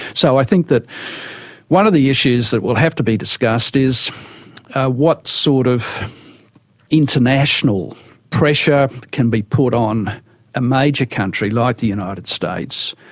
so i think that one of the issues that will have to be discussed is what sort of international pressure can be put on a major country like the united states,